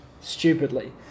Stupidly